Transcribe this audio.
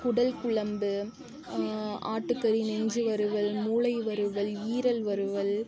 குடல் குழம்பு ஆட்டுக்கறி நெஞ்சு வறுவல் மூளை வறுவல் ஈரல் வறுவல்